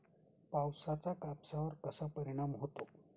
पावसाचा कापसावर कसा परिणाम होतो?